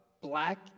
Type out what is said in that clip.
Black